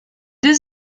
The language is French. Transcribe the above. deux